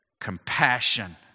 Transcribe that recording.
compassion